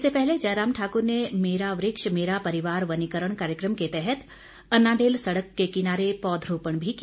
इससे पहले जयराम ठाकुर ने मेरा वृक्ष मेरा परिवार वनीकरण कार्यक्रम के तहत अनाडेल सड़क के किनारे पौधरोपण भी किया